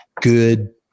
good